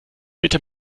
bitte